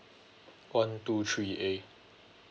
one two three A